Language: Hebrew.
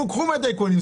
קחו מהטייקונים,